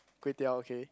kway-teow okay